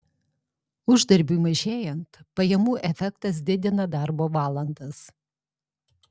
uždarbiui mažėjant pajamų efektas didina darbo valandas